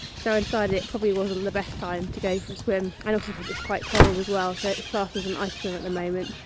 so i decided it probably wasn't the best time to go for a swim and also because its quite cold as well, so its classed as an ice swim at the moment.